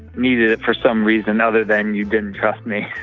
needed it for some reason other than you didn't trust me.